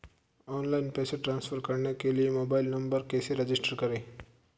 Online पैसे transfer करने के लिए मोबाइल नंबर कैसे रजिस्टर करें?